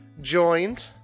joined